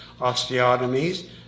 osteotomies